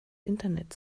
internet